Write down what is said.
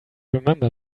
remember